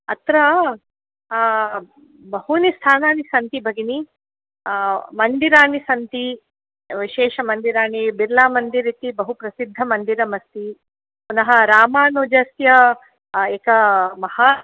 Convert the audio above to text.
अत्र बहूनि स्थानानि सन्ति भगिनि मन्दिराणि सन्ति विशेषमन्दिराणि बिर्ला मन्दिर् इति बहुप्रसिद्धमन्दिरमस्ति पुनः रामानुजस्य एका महान्